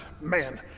Man